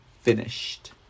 finished